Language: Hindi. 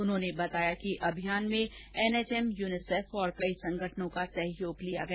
उन्होंने बताया कि अभियान में एनएचएम यूनिसेफ और कई संगठनों का सहयोग लिया गया